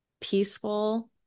peaceful